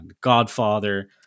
Godfather